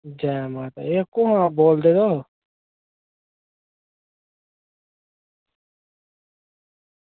एह् जै माता दी एह् कुत्थां बोलदे तुस